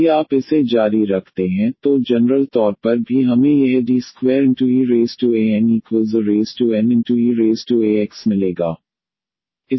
यदि आप इसे जारी रखते हैं तो जनरल तौर पर भी हमें यह Dneaxaneax मिलेगा